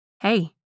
Hey